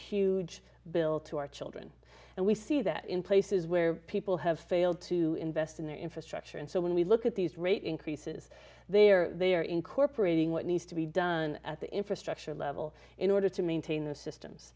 huge bill to our children and we see that in places where people have failed to invest in their infrastructure and so when we look at these rate increases there they are incorporating what needs to be done at the infrastructure level in order to maintain those systems